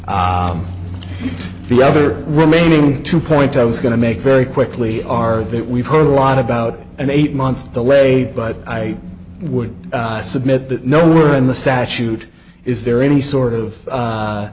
the other remaining two points i was going to make very quickly are that we've heard a lot about an eight month the way but i would submit that nowhere in the statute is there any sort of